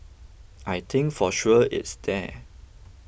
I think for sure it's there